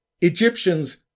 Egyptians